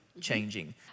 changing